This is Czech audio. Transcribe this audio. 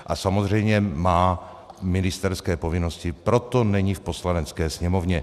A samozřejmě má ministerské povinnosti, proto není v Poslanecké sněmovně.